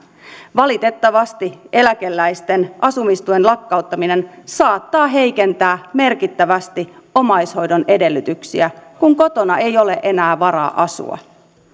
valitettavasti eläkeläisten asumistuen lakkauttaminen saattaa heikentää merkittävästi omaishoidon edellytyksiä kun kotona ei ole enää varaa asua